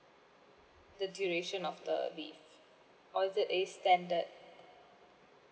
the duration of the leave or is it a standard